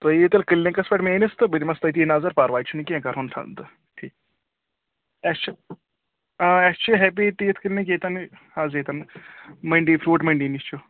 تُہۍ یِیِو تیٚلہِ کٕلنِکَس پٮ۪ٹھ میٛٲنِس تہٕ بہٕ دِمَس تٔتی نظر پَرواے چھُنہٕ کینٛہہ یہِ کَرہون دۄہ ٹھیٖک اَسہِ چھُ آ اَسہِ چھُ ہیپی تہٕ یِتھ کنہِ ییٚتٮ۪نہٕ حظ ییٚتٮ۪ن مٔنڈی فرٛوٗٹ مٔنڈی نِش چھُ